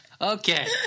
Okay